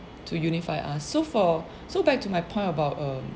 to unify us so for so back to my point about um